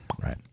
Right